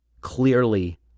clearly